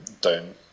down